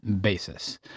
basis